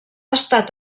estat